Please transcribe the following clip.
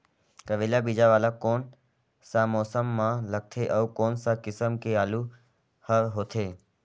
करेला बीजा वाला कोन सा मौसम म लगथे अउ कोन सा किसम के आलू हर होथे?